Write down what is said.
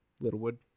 Littlewood